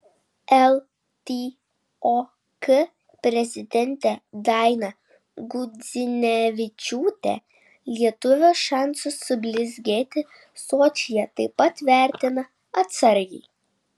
ltok prezidentė daina gudzinevičiūtė lietuvių šansus sublizgėti sočyje taip pat vertina atsargiai